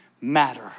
matter